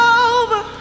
over